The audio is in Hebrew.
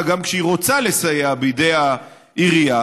גם כשהיא רוצה לסייע בידי העירייה,